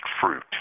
Fruit